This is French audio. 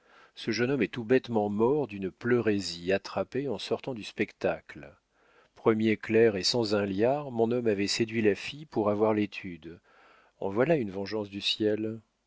ce jeune homme est tout bêtement mort d'une pleurésie attrapée en sortant du spectacle premier clerc et sans un liard mon homme avait séduit la fille pour avoir l'étude en voilà une vengeance du ciel